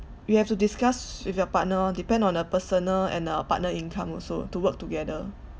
you have to discuss with your partner depend on uh personal and a partner income also to work together